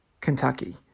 Kentucky